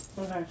Okay